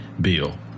bill